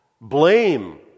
Blame